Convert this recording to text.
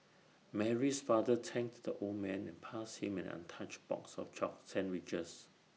Mary's father thanked the old man and passed him an untouched box of chock sandwiches